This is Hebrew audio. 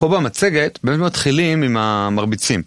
פה במצגת באמת מתחילים עם המרביצים.